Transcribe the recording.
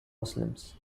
muslims